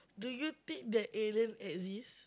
do you think that alien exist